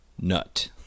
Nut